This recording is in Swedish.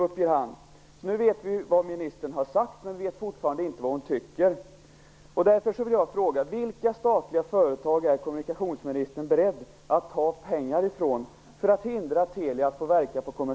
Så nu vet vi vad ministern har sagt, men vi vet fortfarande inte vad hon tycker.